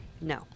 No